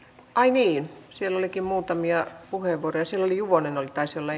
aini selkin muutamia puheenvuoroja silja juvonen aikaiselle